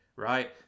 Right